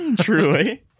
truly